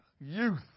youth